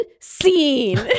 scene